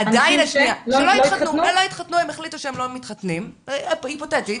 הם החליטו שהם לא מתחתנים, היפותטית,